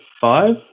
Five